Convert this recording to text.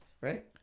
right